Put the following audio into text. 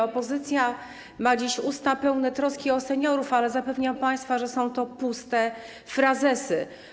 Opozycja ma dziś na ustach słowa pełne troski o seniorów, ale zapewniam państwa, że są to puste frazesy.